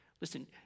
Listen